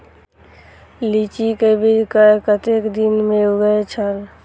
लीची के बीज कै कतेक दिन में उगे छल?